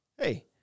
Hey